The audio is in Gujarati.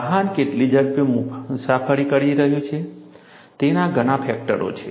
વહાણ કેટલી ઝડપે મુસાફરી કરી રહ્યું છે તેના ઘણાં ફેક્ટરો છે